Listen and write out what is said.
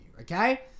okay